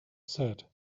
said